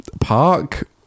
park